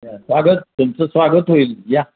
या स्वागत तुमचं स्वागत होईल या